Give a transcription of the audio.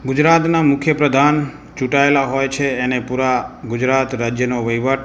ગુજરાતના મુખ્યપ્રધાન ચૂંટાયેલા હોય છે અને પૂરાં ગુજરાત રાજ્યનો વહિવટ